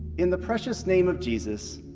in the precious name of jesus,